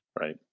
Right